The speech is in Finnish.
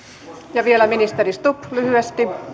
ja vielä ministeri stubb lyhyesti